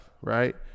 right